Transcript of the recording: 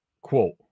quote